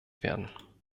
werden